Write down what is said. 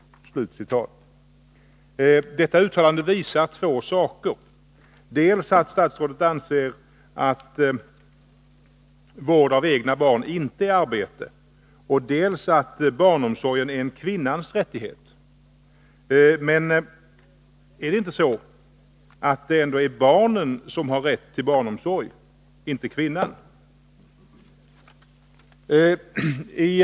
Detta uttalande visar två saker. Dels visar det att statsrådet anser att vård av egna barn inte är arbete, dels att barnomsorg är en kvinnans rättighet. Men är det inte så att det är barnen som har rätt till barnomsorg — inte kvinnorna?